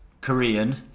Korean